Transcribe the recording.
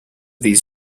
these